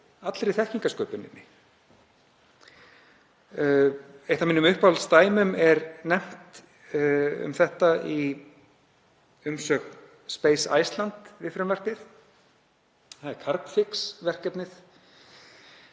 allri þekkingarsköpuninni. Eitt af mínum uppáhaldsdæmum er nefnt um þetta í umsögn Space Iceland við frumvarpið. Það er Carbfix-verkefnið